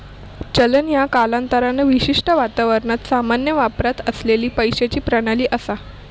चलन ह्या कालांतरान विशिष्ट वातावरणात सामान्य वापरात असलेला पैशाची प्रणाली असा